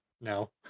no